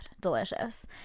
delicious